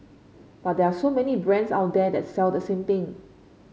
but there are so many brands out there that sell the same thing